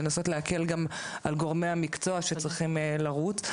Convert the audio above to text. לנסות להקל גם על גורמי המקצוע שצריכים לרוץ.